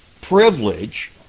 privilege